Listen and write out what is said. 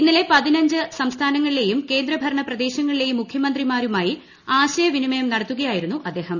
ഇന്നലെ പതിനഞ്ച് സംസ്ഥാനങ്ങളിലെയും കേന്ദ്ര ഭരണ പ്രദേശങ്ങളിലെയും മുഖ്യമന്ത്രിമാരുമായി ആശയവിനിമയം നടത്തുകയായിരുന്നു അദ്ദേഹം